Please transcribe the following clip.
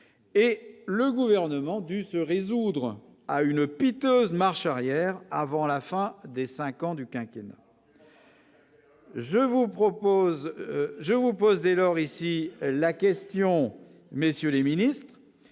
et le gouvernement du se résoudre à une piteuse marche-arrière avant la fin des 5 ans du quinquennat. Je vous propose, je vous posais ici la question messieurs les Ministres,